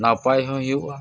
ᱱᱟᱯᱟᱭ ᱦᱚᱸ ᱦᱩᱭᱩᱜᱼᱟ